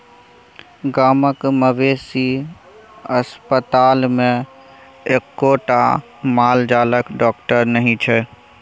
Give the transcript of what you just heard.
गामक मवेशी अस्पतालमे एक्कोटा माल जालक डाकटर नहि छै